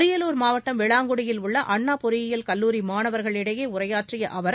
அரியலூர் மாவட்டம் விளாங்குடியில் உள்ள அண்ணா பொறியியல் கல்லூரி மாணவர்களிடையே உரையாற்றிய அவர்